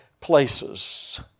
places